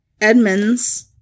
Edmonds